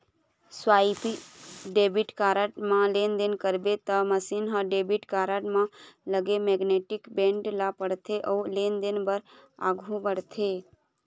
swipe debit card म लेनदेन करबे त मसीन ह डेबिट कारड म लगे मेगनेटिक बेंड ल पड़थे अउ लेनदेन बर आघू बढ़थे